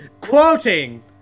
Quoting